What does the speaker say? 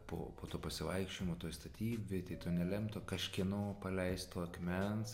po po to pasivaikščiojimo toj statybvietėj to nelemto kažkieno paleisto akmens